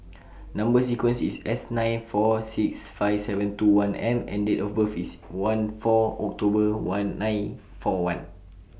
Number sequence IS S nine four six five seven two one M and Date of birth IS one four October one nine four one